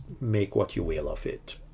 make-what-you-will-of-it